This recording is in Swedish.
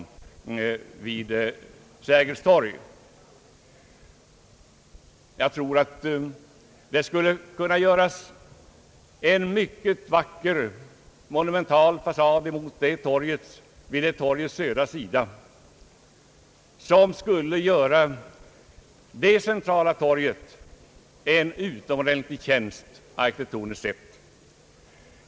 Jag tror att det vid torgets södra sida skulle kunna göras en mycket vacker monumental fasad, som skulle göra det centrala torget en utomordentlig tjänst arkitektoniskt sett.